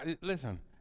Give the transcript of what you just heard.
Listen